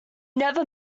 never